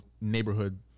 neighborhood